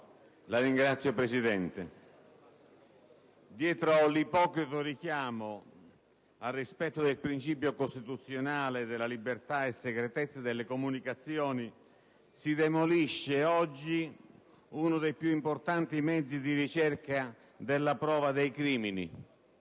Signor Presidente, dietro all'ipocrita richiamo al rispetto del principio costituzionale della libertà e segretezza delle comunicazioni si demolisce oggi uno dei più importanti mezzi di ricerca della prova dei crimini.